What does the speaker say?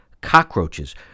cockroaches